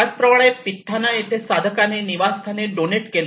त्याचप्रमाणे पितथाना येथील साधकाने निवासस्थाने डोनेट केले